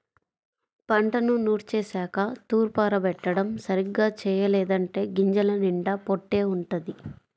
పంటను నూర్చేశాక తూర్పారబట్టడం సరిగ్గా చెయ్యలేదంటే గింజల నిండా పొట్టే వుంటది